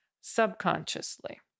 subconsciously